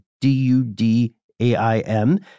D-U-D-A-I-M